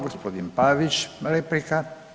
Gospodin Pavić, replika.